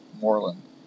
Moreland